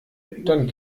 dann